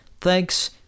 Thanks